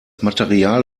material